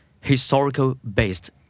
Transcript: historical-based